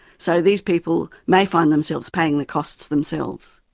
so these people may find themselves paying the costs themselves.